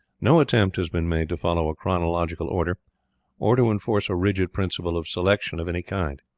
no attempt has been made to follow a chronological order or to enforce a rigid principle of selection of any kind.